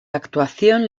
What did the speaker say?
actuación